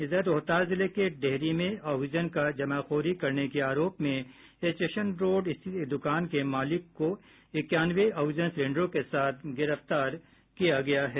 इधर रोहतास जिले के डेहरी में ऑक्सीजन का जमाखोरी करने के आरोप में स्टेशन रोड स्थित एक दुकान के मालिक को इक्यानवे ऑक्सीजन सिलेंडरों के साथ गिरफ्तार किया गया है